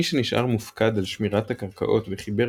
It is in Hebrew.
מי שנשאר מופקד על שמירת הקרקעות וחיבר